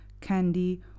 candy